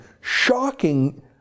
shocking